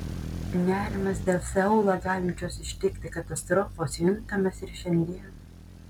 nerimas dėl seulą galinčios ištikti katastrofos juntamas ir šiandien